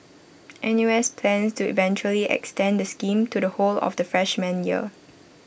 N U S plans to eventually extend the scheme to the whole of the freshman year